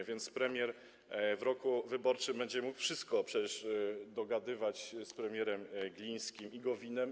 A więc premier w roku wyborczym będzie mógł wszystko, przecież może dogadywać się z premierem Glińskim i Gowinem.